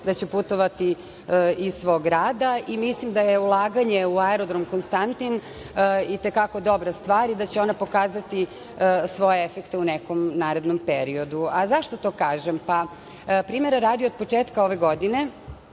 da će putovati iz svog grada. Mislim da je ulaganje u aerodrom Konstantin Veliki i te kako dobra stvar i da će ona pokazati svoje efekte u nekom narednom periodu.Zašto to kažem? Pa, primera radi, od početka ove godine